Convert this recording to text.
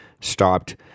stopped